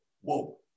whoa